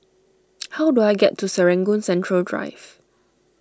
how do I get to Serangoon Central Drive